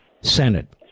Senate